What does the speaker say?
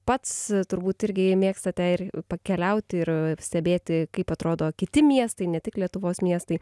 pats turbūt irgi mėgstate ir pakeliauti ir stebėti kaip atrodo kiti miestai ne tik lietuvos miestai